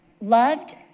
loved